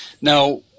Now